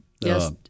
Yes